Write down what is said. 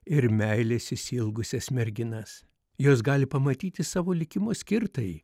ir meilės išsiilgusias merginas jos gali pamatyti savo likimo skirtąjį